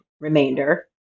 remainder